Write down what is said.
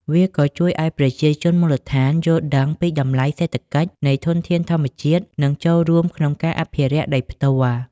វាក៏ជួយឱ្យប្រជាជនមូលដ្ឋានយល់ដឹងពីតម្លៃសេដ្ឋកិច្ចនៃធនធានធម្មជាតិ និងចូលរួមក្នុងការអភិរក្សដោយផ្ទាល់។